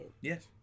Yes